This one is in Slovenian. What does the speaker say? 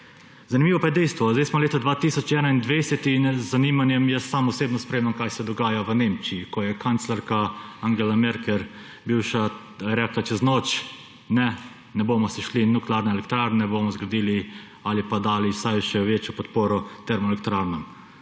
Zanimivo pa je dejstvo, zdaj smo leta 2021 in z zanimanjem jaz sam osebno spremljam, kaj se dogaja v Nemčiji, ko je kanclerka Angela Merkel, bivša, rekla čez noč, da ne, ne bomo se šli nuklearne elektrarne, bomo zgradili ali pa dali vsaj še večjo podporo termoelektrarnam.